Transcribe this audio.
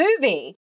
movie